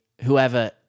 whoever